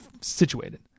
situated